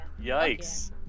Yikes